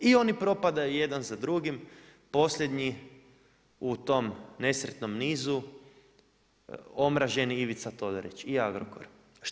I oni propadaju jedan za drugim posljednji u tom nesretnom nizu omraženi Ivica Todorić i Agrokor.